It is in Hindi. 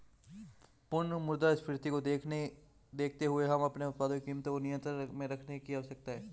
पुनः मुद्रास्फीति को देखते हुए हमें उत्पादों की कीमतों को नियंत्रण में रखने की आवश्यकता है